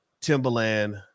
Timberland